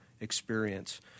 experience